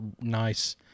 nice